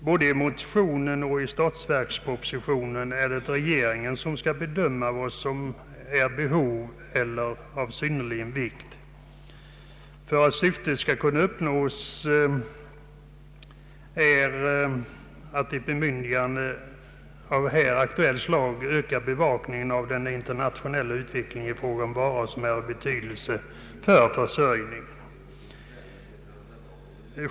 Både i motionen och i statsverkspropositionen anser man att det är regeringen som skall bedöma vad som är av synnerlig vikt, och ett bemyndigande av här aktuellt slag ökar bevakningen av den internationella utvecklingen i fråga om varor som är av betydelse för försörjningen.